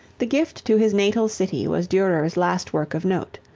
the gift to his natal city was durer's last work of note.